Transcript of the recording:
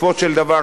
בסופו של דבר,